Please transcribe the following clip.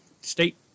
state